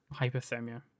hypothermia